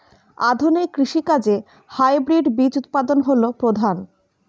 আধুনিক কৃষি কাজে হাইব্রিড বীজ উৎপাদন হল প্রধান